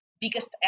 biggest